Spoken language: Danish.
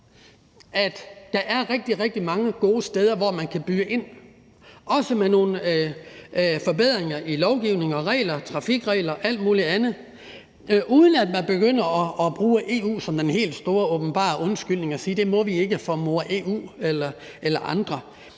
at der er rigtig, rigtig mange gode steder, hvor man kan byde ind, også med nogle forbedringer i lovgivningen og regler, trafikregler, alt muligt andet, uden at man begynder at bruge EU som den helt store åbenbare undskyldning og siger, at det må vi ikke for mor EU eller andre.